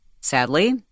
Sadly